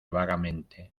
vagamente